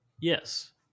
Yes